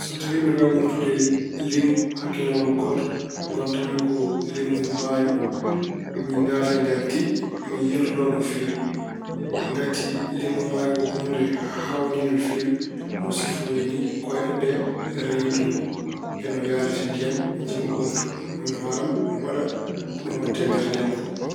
So tawi mbeɗa waawi wontude liingu hakke ñalawma gooto, ngontam-mi ko liingu maayo. Mi naata nder diƴƴe, mi yirlo no feewi. Ngati liingu maayo ko huunde haawniide no feewi, no siftori ni: koyɗe ɗe, reedu ndu e no yahrata ndiyam. Njiɗ-mi wontude ɗum, miin hoore am, mi waɗa ko ɗum waɗta e nder ndiyam ko.